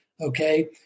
Okay